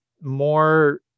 more